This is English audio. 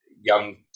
young